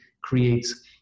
creates